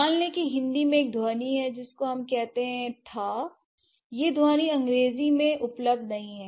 मान लें कि हिंदी में एक ध्वनि है जिसको हम कहते हैं θ यह ध्वनि अंग्रेजी में उपलब्ध नहीं है